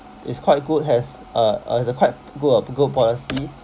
it's quite good has uh uh it's a quite good uh good policy